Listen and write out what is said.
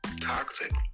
Toxic